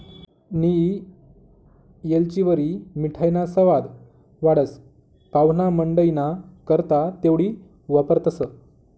नियी येलचीवरी मिठाईना सवाद वाढस, पाव्हणामंडईना करता तेवढी वापरतंस